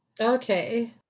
Okay